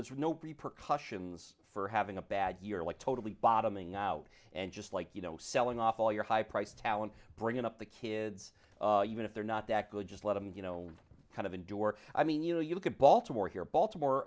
right nope repercussions for having a bad year like totally bottoming out and just like you know selling off all your high priced talent bringing up the kids even if they're not that good just let him you know kind of endure i mean you know you look at baltimore here baltimore